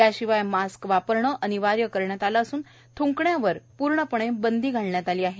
याशिवाय मास्क वापरणं अनिवार्य करण्यात आलं असून थ्ंकण्यावर पूर्ण बंदी घालण्यात आली आहे